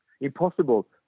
impossible